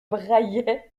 braillaient